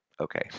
Okay